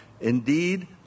Indeed